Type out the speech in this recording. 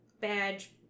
badge